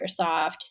Microsoft